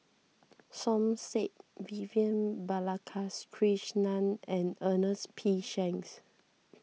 Som Said Vivian Balakrishnan and Ernest P Shanks